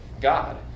God